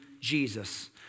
Jesus